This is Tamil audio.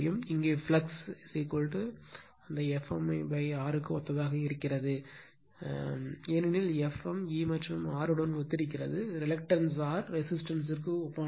இங்கே ஃப்ளக்ஸ் இது அந்த Fm R க்கு ஒத்ததாக இருக்கிறது ஏனெனில் Fm E மற்றும் R உடன் ஒத்திருக்கிறது ரிலக்டன்ஸ் R ரெசிஸ்டன்ஸ் ற்கு ஒப்பானது